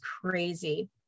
crazy